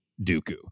Dooku